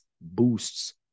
boosts